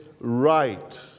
right